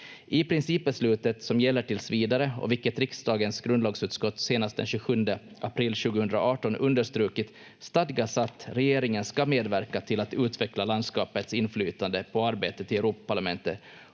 I principbeslutet, som gäller tills vidare och vilket riksdagens grundlagsutskott senast 27 april 2018 understrukit, stadgas att regeringen ska medverka till att utveckla landskapets inflytande på arbetet i Europaparlamentet